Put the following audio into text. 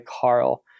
Carl